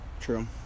True